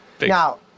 now